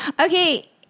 Okay